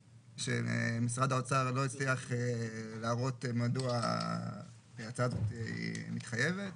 שמשרד האוצר לא הצליח להראות מדוע ההצעה הזאת מתחייבת.